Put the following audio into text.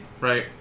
Right